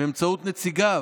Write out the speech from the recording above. באמצעות נציגיו,